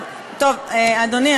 אדוני,